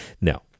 Now